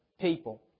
people